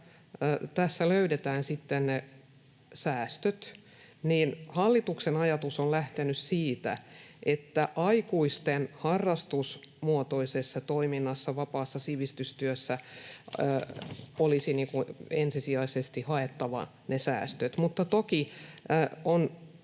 tässä löydetään ne säästöt, niin hallituksen ajatus on lähtenyt siitä, että aikuisten harrastusmuotoisesta toiminnasta vapaassa sivistystyössä olisi ensisijaisesti haettava ne säästöt. Toki on